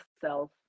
self